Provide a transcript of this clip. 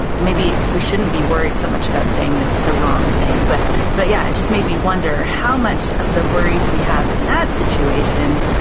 maybe we shouldn't be worried so much about saying the the wrong thing, but but yeah. it just made me wonder how much of the worries we have in that situation